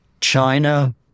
China